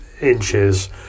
inches